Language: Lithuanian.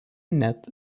net